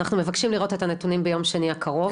אנחנו מבקשים לראות את הנתונים ביום שני הקרוב.